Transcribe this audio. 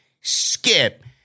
skip